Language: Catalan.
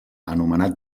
anomenat